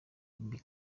ibi